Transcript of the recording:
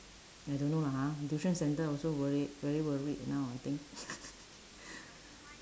I don't know lah ha tuition centre also worried very worried now I think